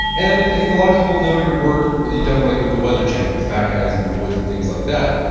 and and i think a lot of people know your work you've done with like with the weather channel, with fat guys in the woods and things like that.